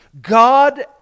God